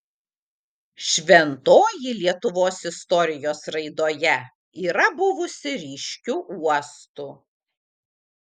šventoji lietuvos istorijos raidoje yra buvusi ryškiu uostu